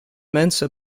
mensa